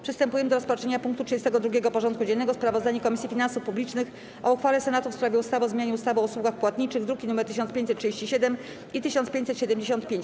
Przystępujemy do rozpatrzenia punktu 32. porządku dziennego: Sprawozdanie Komisji Finansów Publicznych o uchwale Senatu w sprawie ustawy o zmianie ustawy o usługach płatniczych (druki nr 1537 i 1575)